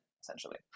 essentially